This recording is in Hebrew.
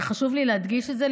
וחשוב לי להדגיש את זה,